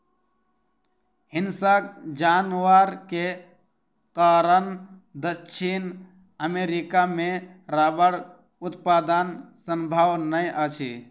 हिंसक जानवर के कारण दक्षिण अमेरिका मे रबड़ उत्पादन संभव नै अछि